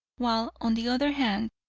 while on the other hand,